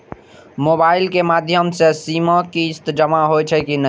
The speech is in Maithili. मोबाइल के माध्यम से सीमा किस्त जमा होई छै कि नहिं?